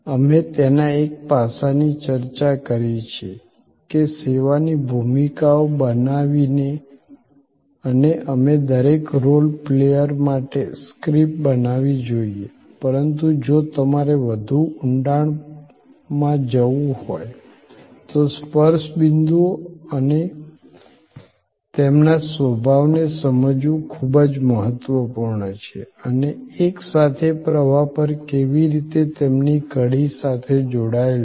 અમે તેના એક પાસાની ચર્ચા કરી છે કે સેવાની ભૂમિકાઓ બનાવીને અને અમે દરેક રોલ પ્લેયર માટે સ્ક્રિપ્ટ બનાવીએ છીએ પરંતુ જો તમારે વધુ ઊંડાણમાં જવું હોય તો સ્પર્શ બિંદુઓ અને તેમના સ્વભાવને સમજવું ખૂબ જ મહત્વપૂર્ણ છે અને એકસાથે પ્રવાહ પર કેવી રીતે તેમની કડી સાથે જોડાયેલ છે